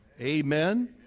Amen